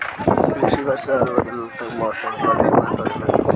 कृषि वर्षा और बदलत मौसम पर निर्भर करेला